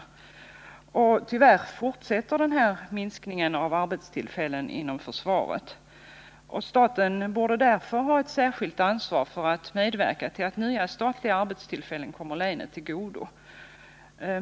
Torsdagen den Och tyvärr fortsätter denna minskning av antalet arbetstillfällen inom 8 november 1979 försvaret. Staten borde därför ha ett särskilt ansvar för att medverka till att nya statliga arbetstillfällen kommer länet till godo.